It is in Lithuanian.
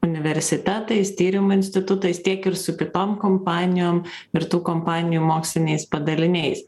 universitetais tyrimų institutais tiek ir su kitom kompanijom ir tų kompanijų moksliniais padaliniais